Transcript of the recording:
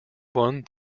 won